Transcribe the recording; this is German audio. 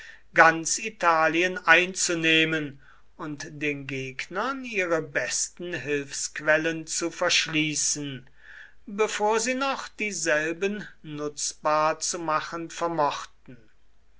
ganz italien einzunehmen und den gegnern ihre besten hilfsquellen zu verschließen bevor sie noch dieselben nutzbar zu machen vermochten